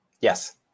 yes